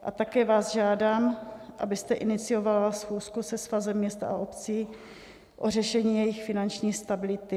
A také vás žádám, abyste iniciovala schůzku se Svazem měst a obcí o řešení jejich finanční stability.